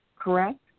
correct